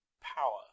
power